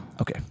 Okay